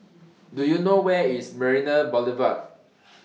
Do YOU know Where IS Marina Boulevard